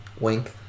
wink